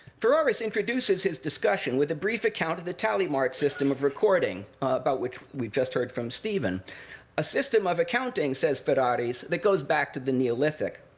ferraris introduces his discussion with a brief account of the tally mark system of recording about which we've just heard from stephen a system of accounting, says ferraris, that goes back to the neolithic.